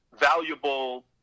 valuable